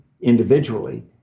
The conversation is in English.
individually